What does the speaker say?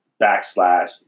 backslash